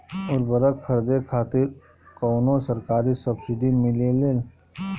उर्वरक खरीदे खातिर कउनो सरकारी सब्सीडी मिलेल?